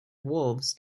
wolves